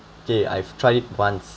okay I have tried it once